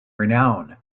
renown